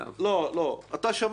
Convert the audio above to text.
שמעת גם